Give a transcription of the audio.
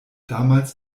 damals